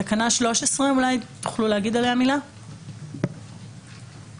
תוכלו לומר מילה על תקנה 13?